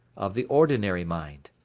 of the ordinary mind.